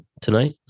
tonight